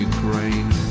Ukraine